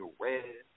Red